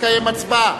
תתקיים הצבעה,